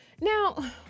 now